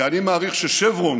כי אני מעריך ששברון